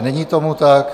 Není tomu tak.